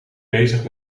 bezig